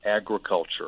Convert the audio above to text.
agriculture